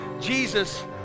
Jesus